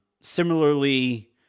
similarly